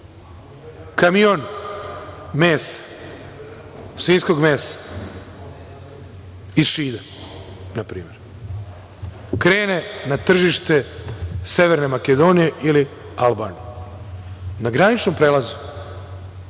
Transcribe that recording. kamion mesa, svinjskog mesa iz Šida, krene na tržište Severne Makedonije ili Albanije. Na graničnom prelazu